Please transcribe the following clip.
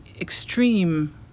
extreme